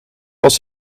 als